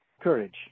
Courage